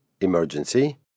emergency